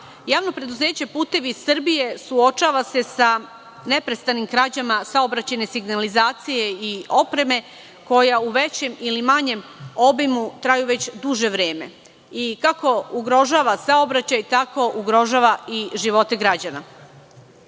Javno preduzeće „Putevi Srbije“ suočava se sa neprestanim krađama saobraćajne signalizacije i opreme koja u većem ili manjem obimu traju već duže vreme. Kako ugrožava saobraćaj, tako ugrožava i živote